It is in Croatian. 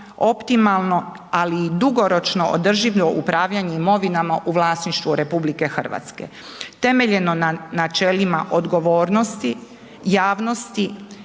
optimalno, ali i dugoročno održivo upravljanje imovinama u vlasništvu RH temeljeno na načelima odgovornosti, javnosti,